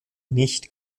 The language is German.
nicht